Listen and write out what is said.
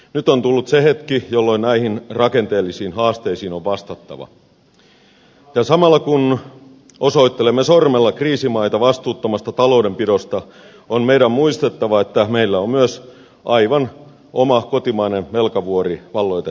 nyt on tullut se hetki jolloin näihin rakenteellisiin haasteisiin on vastattava ja samalla kun osoittelemme sormella kriisimaita vastuuttomasta taloudenpidosta on meidän muistettava että meillä on myös aivan oma kotimainen velkavuori valloitettavana